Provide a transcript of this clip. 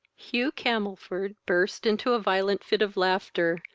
hugh camelford burst into a violent fit of laughter,